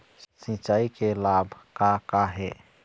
सिचाई के लाभ का का हे?